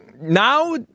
Now